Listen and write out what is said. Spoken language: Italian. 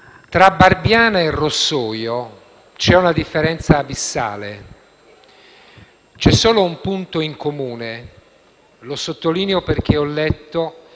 tra Barbiana e Rossoio c'è una differenza abissale. C'è solo un punto in comune e lo sottolineo, perché ho letto